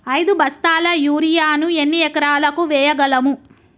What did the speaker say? ఐదు బస్తాల యూరియా ను ఎన్ని ఎకరాలకు వేయగలము?